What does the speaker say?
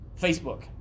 Facebook